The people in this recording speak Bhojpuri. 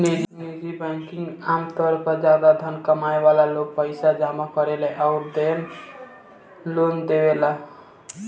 निजी बैंकिंग आमतौर पर ज्यादा धन कमाए वाला लोग के पईसा जामा करेला अउरी लोन देवेला